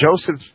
Joseph